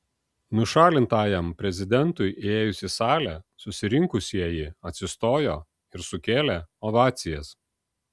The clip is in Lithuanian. nušalintajam prezidentui įėjus į salę susirinkusieji atsistojo ir sukėlė ovacijas